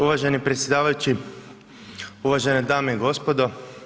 Uvaženi predsjedavajući, uvažene dame i gospodo.